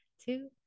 two